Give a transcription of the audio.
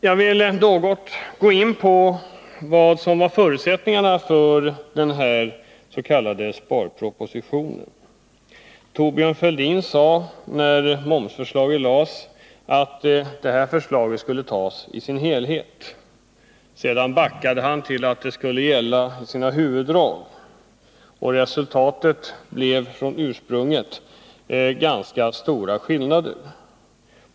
Jag vill något gå in på förutsättningarna för den s.k. sparpropositionen. Thorbjörn Fälldin sade, när momsförslaget lades fram, att förslaget skulle antas i sin helhet. Sedan backade han till att det skulle gälla i sina huvuddrag. Resultatet uppvisar i jämförelse med ursprungsförslaget ganska stora skillnader.